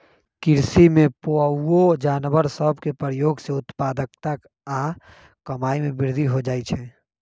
कृषि में पोअउऔ जानवर सभ के प्रयोग से उत्पादकता आऽ कमाइ में वृद्धि हो जाइ छइ